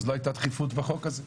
אז לא הייתה דחיפות בחוק הזה.